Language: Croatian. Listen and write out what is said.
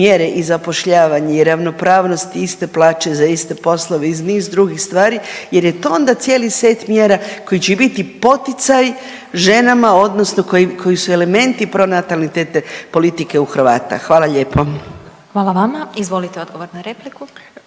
mjere i zapošljavanja i ravnopravnosti, iste plaće za iste poslove i niz drugih stvari jer je to onda cijeli set mjera koji će biti poticaj ženama odnosno koji su elementi pronatalitetne politike u Hrvata. Hvala lijepo. **Glasovac, Sabina (SDP)** Hvala vama. Izvolite odgovor na repliku.